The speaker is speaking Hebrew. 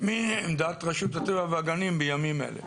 מעמדת רשות הטבע והגנים בימים אלה.